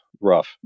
rough